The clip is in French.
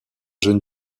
jeune